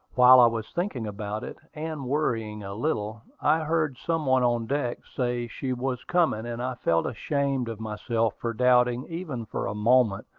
while i was thinking about it, and worrying a little, i heard some one on deck say she was coming and i felt ashamed of myself for doubting, even for a moment,